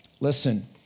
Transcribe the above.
Listen